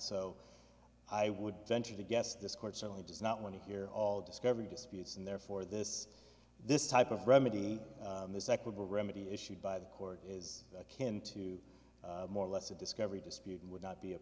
so i would venture to guess this court certainly does not want to hear all discovery disputes and therefore this this type of remedy this equable remedy issued by the court is can two more or less a discovery dispute and would not be a